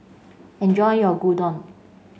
enjoy your Gyudon